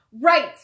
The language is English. Right